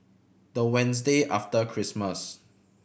the Wednesday after Christmas